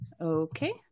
Okay